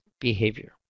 behavior